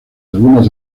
algunos